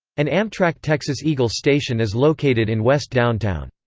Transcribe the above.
an amtrak texas eagle station is located in west downtown.